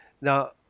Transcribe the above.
Now